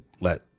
let